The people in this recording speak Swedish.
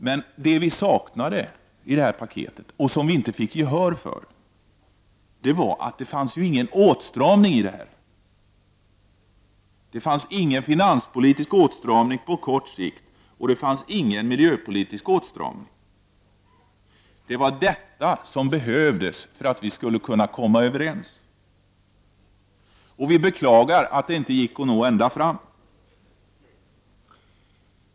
Men det vi saknade, och inte fick gehör för, var just en åtstramning. Det fanns ingen finanspolitisk åtstramning på kort sikt och det fanns ingen åtstramning med miljöinriktning. Det var detta som behövdes för att vi skulle komma överens. Vi beklagar att det inte gick att nå ända fram.